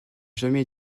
jamais